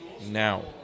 now